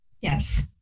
Yes